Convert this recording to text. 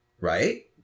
Right